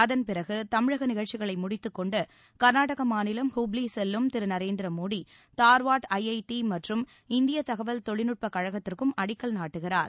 அதன்பிறகு தமிழக நிகழ்ச்சிகளை முடித்துக் கொண்டு கர்நாடக மாநிலம் ஹூப்ளி செல்லும் திரு நரேந்திர மோடி தார்வாட் ஐஐடி மற்றும் இந்திய தகவல் தொழில்நுட்பக் கழகத்திற்கும் அடிக்கல் நாட்டுகிறார்